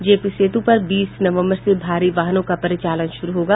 JP Setu पर बीस नवम्बर से भारी वाहनों का परिचालन शुरू होगा